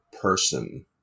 person